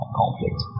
conflict